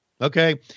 Okay